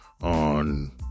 On